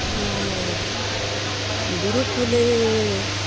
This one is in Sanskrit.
गुरुकुले